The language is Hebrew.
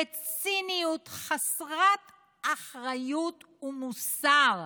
בציניות חסרת אחריות ומוסר,